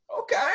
okay